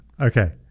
Okay